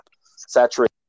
saturated